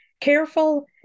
Careful